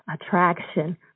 attraction